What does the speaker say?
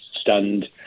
stunned